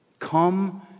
Come